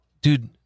Dude